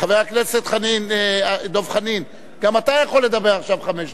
חבר הכנסת דב חנין, גם אתה יכול לדבר חמש דקות.